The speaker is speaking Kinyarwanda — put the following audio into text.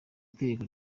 itegeko